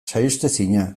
saihetsezina